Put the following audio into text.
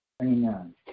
Amen